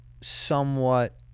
somewhat